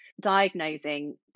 diagnosing